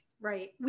Right